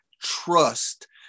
trust